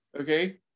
okay